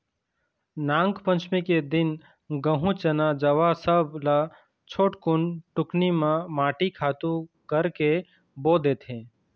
नागपंचमी के दिन गहूँ, चना, जवां सब ल छोटकुन टुकनी म माटी खातू करके बो देथे